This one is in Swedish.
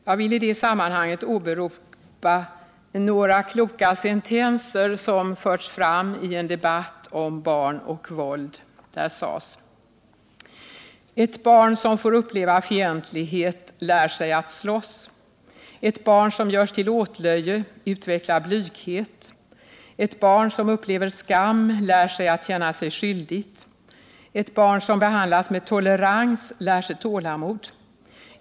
Jag vill i det sammanhanget åberopa några kloka sentenser som förts fram i en debatt om barn och våld: Ett barn som får uppleva fientligt.et lär sig att slåss. Ett barn som görs till åtlöje utvecklar blyghet. Ett barn som upplever skam lär sig att känna sig skyldigt. Ett barn som behandlas med tolerans lär sig tålamod.